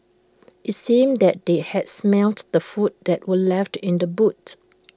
IT seemed that they had smelt the food that were left in the boot